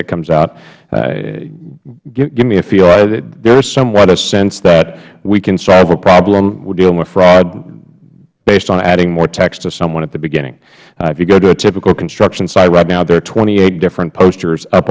it comes out give me a feel there is somewhat a sense that we can solve a problem dealing with fraud based on adding more text to someone at the beginning if you go to a typical construction site right now there are twenty eight different posters up